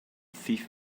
thief